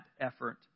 effort